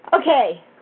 Okay